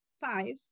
five